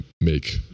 make